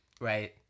Right